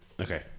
Okay